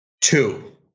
Two